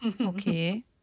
Okay